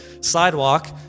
sidewalk